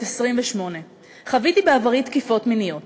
בת 28. חוויתי בעברי תקיפות מיניות.